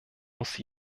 muss